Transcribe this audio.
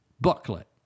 booklet